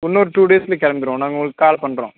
இன்னொரு டூ டேஸில் கிளம்பிருவோம் நாங்கள் உங்களுக்கு கால் பண்ணுறோம்